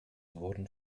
wurden